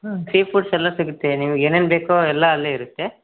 ಹ್ಞೂ sea foods ಎಲ್ಲ ಸಿಗುತ್ತೆ ನಿಮಗೆ ಏನೇನು ಬೇಕೋ ಎಲ್ಲ ಅಲ್ಲೇ ಇರುತ್ತೆ